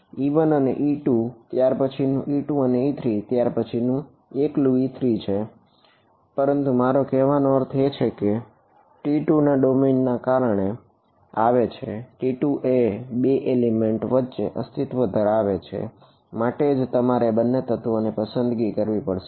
e1 અને e2 ત્યાર પછીનું e2 અને e3 અને ત્યાર પછીનું એકલું e3 છે પરંતુ મારો કહેવાનો અર્થ એ છે કે તે T2 ના ડોમેઈન ને કારણે આવે છે T2 એ 2 એલિમેન્ટ વચ્ચે અસ્તિત્વ ધરાવે છે તે માટેજ મારે તે બે તત્વો વચ્ચે પસંદગી કરવી પડશે